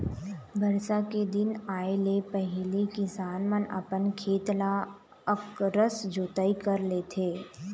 बरसा के दिन आए ले पहिली किसान मन अपन खेत ल अकरस जोतई कर लेथे